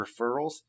referrals